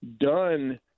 done